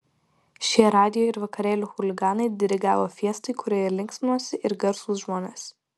šie radijo ir vakarėlių chuliganai dirigavo fiestai kurioje linksminosi ir garsūs žmonės